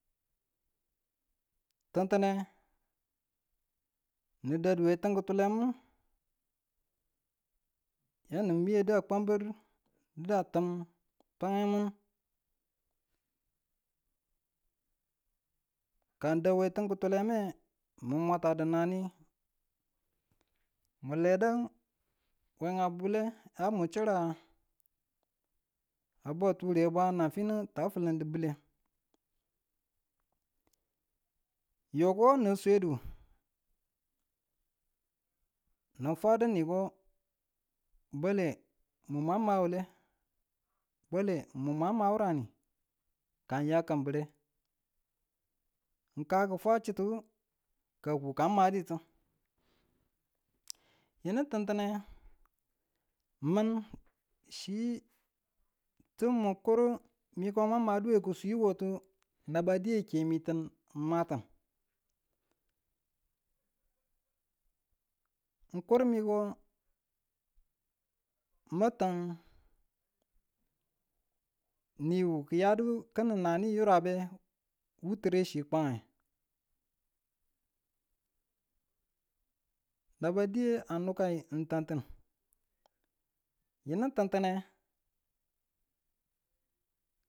Tintinne nudadu we tim kitulemu, yanu miye da kambir da tim tangemu, ka dauwe tim kituleme ni mwatadu nani, miledu we abule yami chira a bwa ture bwa nan finu taan fi̱lin bulle, yoko ni swdeu, ni fwadu niko bwele mun ma wule bwele mun ma wurani kan ya kambire, n kaan kifwa chutuwu ka ki ka madutu yini ti̱ntinne mun chi ti kuru mi yiko mammaduwe ku swi yo tu nabadiye kemitu n matun, mu kir miko ma ta̱n miwu kiyadu kini nani yirabe nabadiye a mukayi n ta̱ntin yinu tintinne.